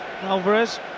Alvarez